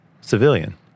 civilian